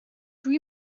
dwi